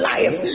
Life